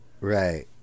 Right